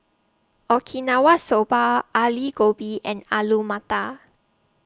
Okinawa Soba Ali Gobi and Alu Matar